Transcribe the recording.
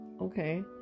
okay